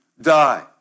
die